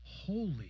Holy